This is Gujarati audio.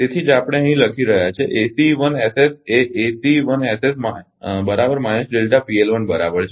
તેથી જ આપણે અહીં લખી રહ્યા છીએ કે એ બરાબર છે